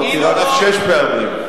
אתה אמרת משהו לגבי העניין,